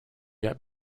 yet